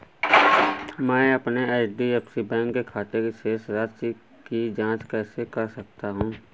मैं अपने HDFC bank के खाते की शेष राशि की जाँच कैसे कर सकता हूँ?